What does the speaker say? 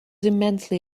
immensely